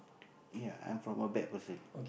ya I'm from a bad person